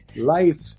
life